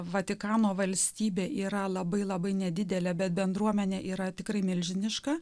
vatikano valstybė yra labai labai nedidelė bendruomenė yra tikrai milžiniška